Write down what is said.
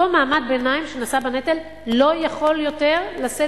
אותו מעמד ביניים שנשא בנטל לא יכול יותר לשאת